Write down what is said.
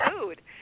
food